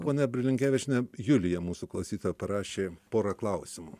ponia brilinkevičienė julija mūsų klausytoja parašė porą klausimų